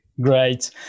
Great